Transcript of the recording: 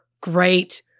Great